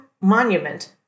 monument